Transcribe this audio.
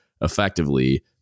effectively